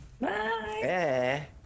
bye